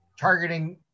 targeting